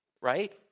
right